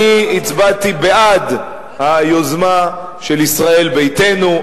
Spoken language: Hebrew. אני הצבעתי בעד היוזמה של ישראל ביתנו.